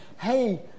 hey